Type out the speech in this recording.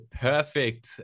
perfect